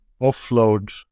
offload